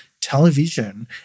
television